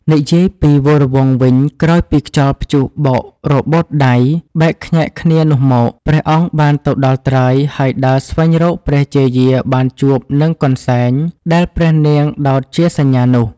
និយាយពីវរវង្សវិញក្រោយពីខ្យល់ព្យុះបោករបូតដៃ បែកខ្ញែកគ្នានោះមក ព្រះអង្គបានទៅដល់ត្រើយ ហើយដើរស្វែងរកព្រះជាយាបានជួបនឹងកន្សែង ដែលព្រះនាងដោតជាសញ្ញានោះ។